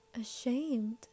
ashamed